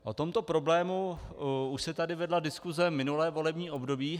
O tomto problému už se tady vedla diskuse v minulém volebním období.